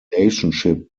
relationship